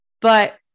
But-